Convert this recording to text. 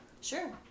Sure